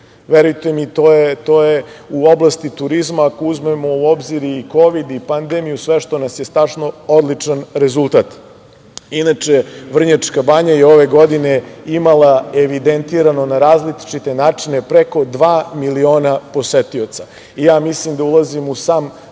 Verujte mi, to je u oblasti turizma, ako uzmemo u obzir i Kovid i pandemiju, sve što nas je snašlo, odličan rezultat. Inače, Vrnjačka banja je ove godine imala evidentirano na različite načine preko dva miliona posetioca. Mislim da ulazimo u sam vrh kada